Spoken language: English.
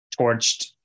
torched